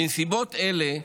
בנסיבות אלה,